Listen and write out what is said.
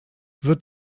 wird